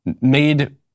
made